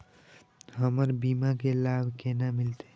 हमर बीमा के लाभ केना मिलते?